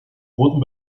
wurden